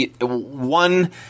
one